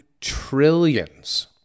trillions